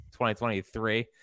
2023